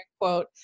quote